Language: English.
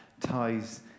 ties